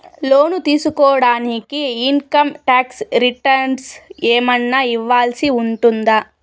లోను తీసుకోడానికి income tax returns ఏమన్నా ఇవ్వాల్సి ఉంటుందా